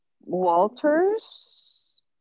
Walters